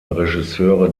regisseure